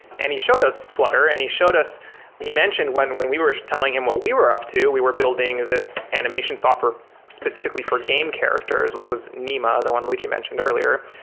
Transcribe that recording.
and he showed us flutter and he showed us he mentioned when when we were telling him what we were up to, we were building this animation software specifically for game characters, which was nima, the one luigi mentioned earlier.